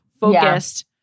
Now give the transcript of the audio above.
focused